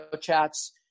chats